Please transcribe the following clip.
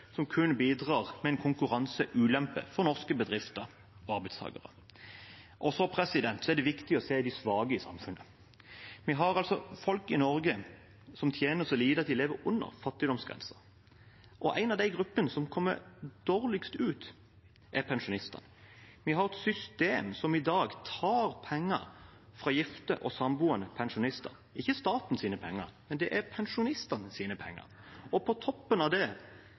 som kun bidrar med en konkurranseulempe for norske bedrifter og arbeidstakere. Det er viktig å se de svake i samfunnet. Vi har altså folk i Norge som tjener så lite at de lever under fattigdomsgrensen. En av de gruppene som kommer dårligst ut, er pensjonistene. Vi har et system som i dag tar penger fra gifte og samboende pensjonister – ikke staten sine penger, det er pensjonistenes penger. På toppen av det